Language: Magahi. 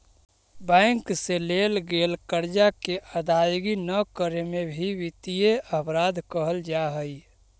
बैंक से लेल गेल कर्जा के अदायगी न करे में भी वित्तीय अपराध कहल जा हई